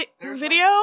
video